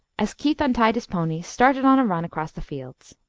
as keith untied his pony, started on a run across the fields.